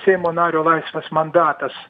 seimo nario laisvas mandatas